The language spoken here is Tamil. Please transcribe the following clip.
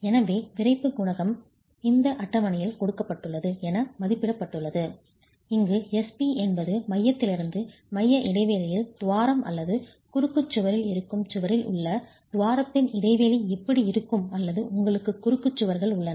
எனவே விறைப்பு குணகம் இந்த அட்டவணையில் கொடுக்கப்பட்டுள்ளது என மதிப்பிடப்பட்டுள்ளது இங்கு Sp என்பது மையத்திலிருந்து மைய இடைவெளியில் துவாரம் அல்லது குறுக்கு சுவரில் இருக்கும் சுவரில் உள்ள துவாரத்தின் இடைவெளி எப்படி இருக்கும் அல்லது உங்களுக்கு குறுக்கு சுவர்கள் உள்ளன